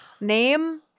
Name